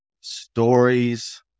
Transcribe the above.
stories